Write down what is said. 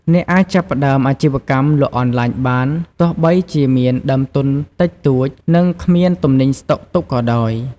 អ្នកអាចចាប់ផ្ដើមអាជីវកម្មលក់អនឡាញបាន ទោះបីជាមានដើមទុនតិចតួច និងគ្មានទំនិញស្តុកទុកក៏ដោយ។